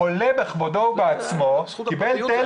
החולה, המאומת, בכבודו ובעצמו, שבגללו